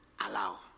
Allow